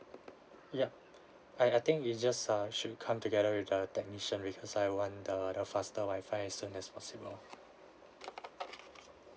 ya I I think is just uh should come together with the technician because I want the the faster wifi as soon as possible